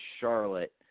Charlotte